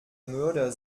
mörder